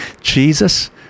Jesus